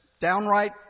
downright